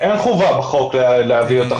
אין חובת חוק להעביר.